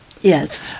yes